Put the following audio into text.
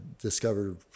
discovered